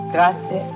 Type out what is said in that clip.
Grazie